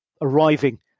arriving